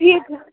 ठीकु